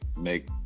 make